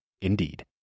Indeed